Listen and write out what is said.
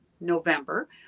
November